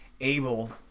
able